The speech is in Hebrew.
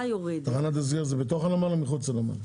תחנת הסגר היא בתוך הנמל או מחוצה לו?